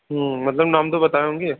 हम्म मतलब नाम तो बताए होंगे